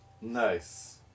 Nice